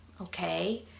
okay